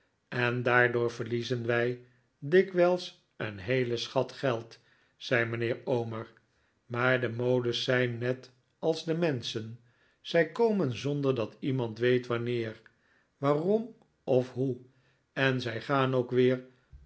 eh daardoor verliezen wij dikwijls een heelen schat geld zei mijnheer omer maar de modes zijn net als de menschen zij komen zonder dat iemand weet wanneer waarom of hoe en zij gaan ook weer